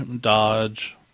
dodge